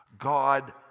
God